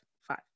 five